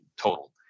total